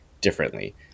differently